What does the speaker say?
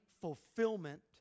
fulfillment